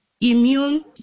immune